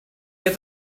get